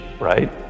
right